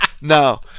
no